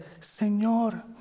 Señor